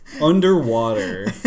underwater